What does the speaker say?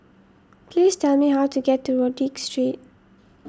please tell me how to get to Rodyk Street